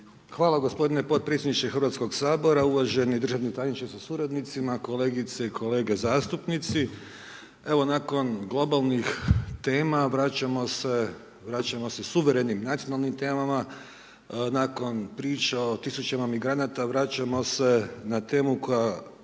Hvala gospodine podpredsjedniče Hrvatskog sabora, uvaženi državni tajniče sa suradnicima, kolegice i kolege zastupnici. Evo nakon globalnih tema, vraćamo se, vraćamo se suverenim nacionalnim temama, nakon priča o tisućama migranata, vraćamo se na temu koja